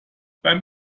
beim